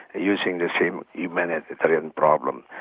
using the same humanitarian problem.